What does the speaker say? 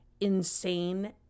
insane